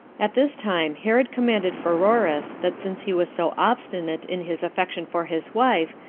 at this time herod commanded pheroras, that since he was so obstinate in his affection for his wife,